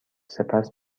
سپس